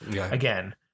again